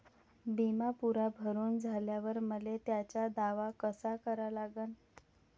बिमा पुरा भरून झाल्यावर मले त्याचा दावा कसा करा लागन?